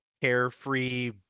Carefree